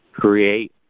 create